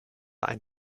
ein